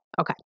Okay